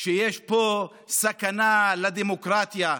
שיש פה סכנה לדמוקרטיה,